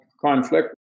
conflict